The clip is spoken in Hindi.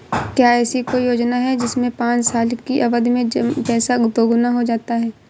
क्या ऐसी कोई योजना है जिसमें पाँच साल की अवधि में पैसा दोगुना हो जाता है?